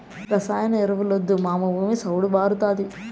రసాయన ఎరువులొద్దు మావా, భూమి చౌడు భార్డాతాది